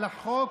על החוק,